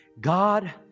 God